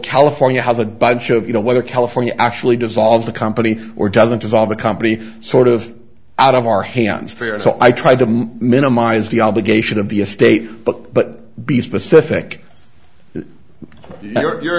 california has a bunch of you know whether california actually dissolve the company or doesn't involve a company sort of out of our hands for so i tried to minimize the obligation of the estate but but be specific